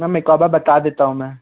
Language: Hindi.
मैम एक और बार बता देता हूँ मैं